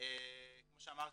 כמו שאמרתי,